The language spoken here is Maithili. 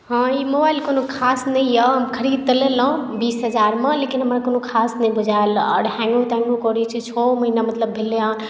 हँ ई मोबाइल कोनो खास नहि यऽ खरीद तऽ लेलहुँ बीस हजारमे लेकिन हमरा कोनो खास नहि बुझाएल यऽ आओर हैंगो तैंगो करै छै छओ महीना मतलब भेलै हँ